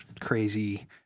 crazy